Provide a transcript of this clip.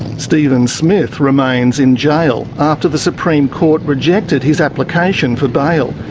steven smith remains in jail after the supreme court rejected his application for bail.